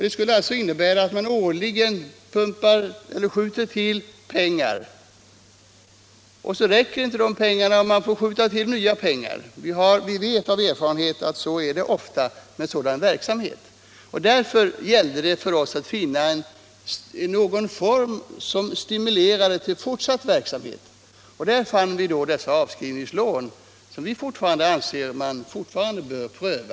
Detta skulle således innebära att man årligen måste skjuta till medel. Räcker inte dessa får man föra till nytt kapital. Vi vet att det ofta kommer att förhålla sig på det sättet med sådan verksamhet. Därför gällde det för oss att finna någon form som stimulerar till fortsatt verksamhet, och då fann vi dessa avskrivningslån, som vi fortfarande anser att man bör pröva.